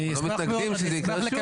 אנחנו לא מתנגדים שזה יקרה שוב.